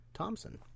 Thompson